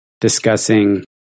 discussing